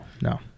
no